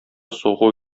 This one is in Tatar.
сугу